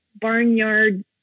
barnyard